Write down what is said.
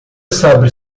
sabe